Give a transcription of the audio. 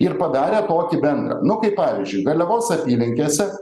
ir padarė tokį bendrą nu kai pavyzdžiui garliavos apylinkėse